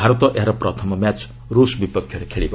ଭାରତ ଏହାର ପ୍ରଥମ ମ୍ୟାଚ୍ ରୁଷ୍ ବିପକ୍ଷରେ ଖେଳିବ